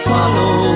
Follow